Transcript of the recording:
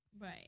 right